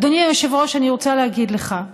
אדוני היושב-ראש, אני רוצה להגיד לך,